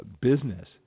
business